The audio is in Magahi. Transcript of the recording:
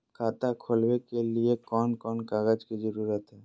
खाता खोलवे के लिए कौन कौन कागज के जरूरत है?